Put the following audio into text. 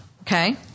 okay